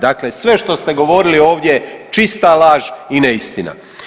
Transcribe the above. Dakle, sve što ste govorili ovdje čista laž i neistina.